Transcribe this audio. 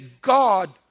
God